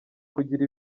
kugira